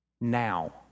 Now